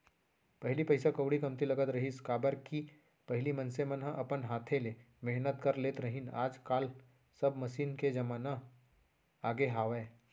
पहिली पइसा कउड़ी कमती लगत रहिस, काबर कि पहिली मनसे मन ह अपन हाथे ले मेहनत कर लेत रहिन आज काल सब मसीन के जमाना आगे हावय